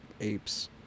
apes